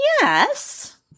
Yes